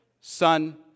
Son